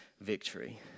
victory